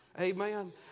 Amen